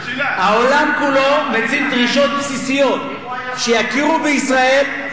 העולם כולו מציב דרישות בסיסיות: שיכירו בישראל,